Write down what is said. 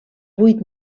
vuit